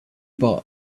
bought